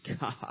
God